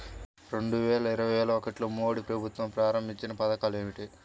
రెండు వేల ఇరవై ఒకటిలో మోడీ ప్రభుత్వం ప్రారంభించిన పథకాలు ఏమిటీ?